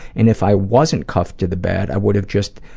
and if i wasn't cuffed to the bed, i would have just